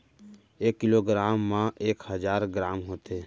एक kilogram मा एक हजार ग्राम होथे